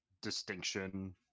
distinction